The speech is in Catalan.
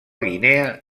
guinea